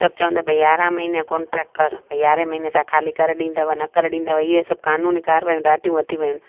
त बि चवंदा भई यारहं महीने जो कॉन्ट्रेक्ट कर भई यारहें महीने तव्हां खाली करे ॾींदव न करे ॾींदव इहे सभु कानूनी कार्यवाहियूं ॾाढियूं वधी वियूं आहिनि